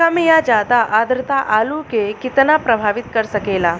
कम या ज्यादा आद्रता आलू के कितना प्रभावित कर सकेला?